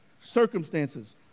circumstances